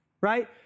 right